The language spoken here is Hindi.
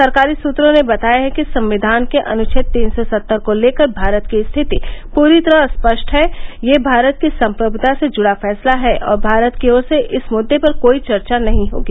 सरकारी सूत्रों ने बताया है कि संविधान के अनुच्छेद तीन सौ सत्तर को लेकर भारत की स्थिति पूरी तरह स्पष्ट है कि यह भारत की संप्रभुता से जुड़ा फैसला है और भारत की ओर से इस मुद्दे पर कोई चर्चा नहीं होगी